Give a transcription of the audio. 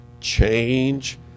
change